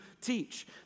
teach